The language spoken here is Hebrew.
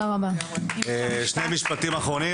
אני